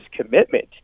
commitment